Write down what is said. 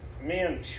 man